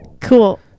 Cool